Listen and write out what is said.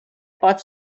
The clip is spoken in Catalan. pot